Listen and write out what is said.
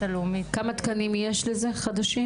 הלאומית --- כמה תקנים חדשים יש לזה?